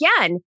again